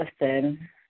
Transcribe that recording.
Listen